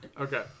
Okay